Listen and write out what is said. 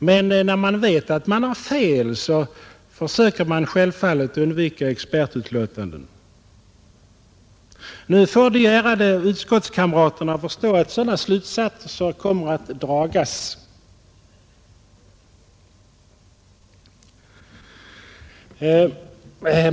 Men när man vet att man har fel försöker man självfallet undvika expertutlåtanden. Mina ärade utskottskamrater måste förstå att sådana slutsatser kommer att dragas.